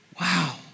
wow